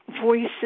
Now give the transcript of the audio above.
voices